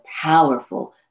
powerful